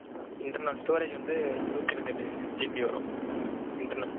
internal storage வந்து நூற்றி இருபத்தெட்டு ஜிபி வரும் இன்டர்னல்